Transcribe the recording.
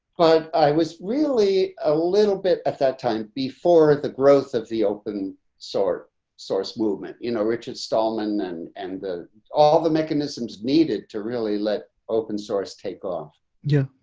but i was really a little bit at that time before the growth of the open source source movement, you know, richard stallman and and the all the mechanisms needed to really let open source take off yeah,